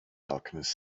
alchemist